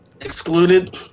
excluded